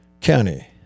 County